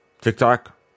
TikTok